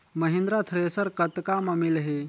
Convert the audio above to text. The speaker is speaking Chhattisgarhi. महिंद्रा थ्रेसर कतका म मिलही?